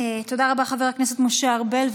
חבר הכנסת משה ארבל.